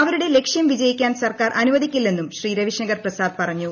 അവരുടെ ലക്ഷ്യം വിജയിക്കാൻ സർക്കാർ അനുവദിക്കില്ലെന്നും ശ്രീ രവിശങ്കർ പ്രസാദ് പറഞ്ഞു